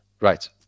Right